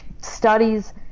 studies